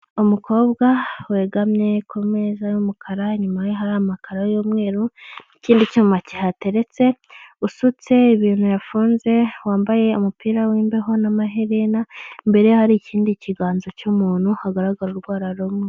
Umukobwa wegamye ku meza y'umukara, Inyuma ye hari amakaro y'umweru, ikindi cyuma kihateretse usutse ibintu yafunze, wambaye umupira w'imbeho n'amaherena, imbere ye hari ikindi kiganza cy'umuntu hagaragara urwara rumwe.